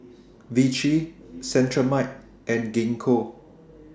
Vichy Cetrimide and Gingko